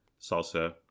salsa